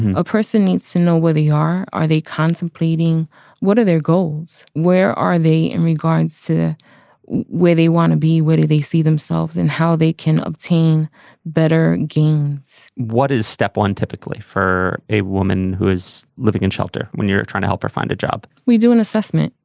a person needs to know where they are. are they contemplating what are their goals? where are they in regards to where they want to be? where do they see themselves and how they can obtain better gains? what is step one? typically for a woman who is living in a shelter when you're trying to help or find a job? we do an assessment.